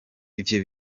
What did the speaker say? ivyo